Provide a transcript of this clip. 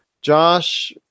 Josh